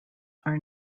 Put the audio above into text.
are